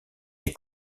des